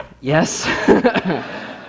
Yes